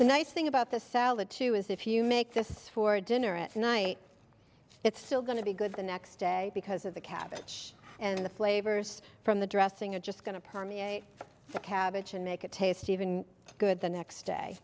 the nice thing about the salad to is if you make this for dinner at night it's still going to be good the next day because of the cabbage and the flavors from the dressing are just going to permeate the cabbage and make it taste even good the next day